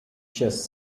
just